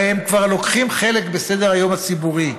הרי הם כבר לוקחים חלק בסדר-היום הציבורי,